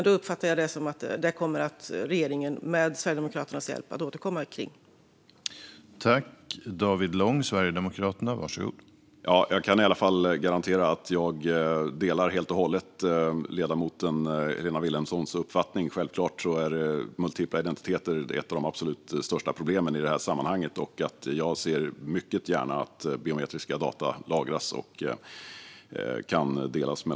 Då uppfattar jag det som att regeringen med Sverigedemokraternas hjälp kommer att återkomma kring detta.